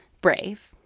Brave